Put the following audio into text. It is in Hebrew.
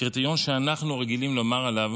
קריטריון שאנחנו רגילים לומר עליו